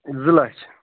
زٕ لَچھ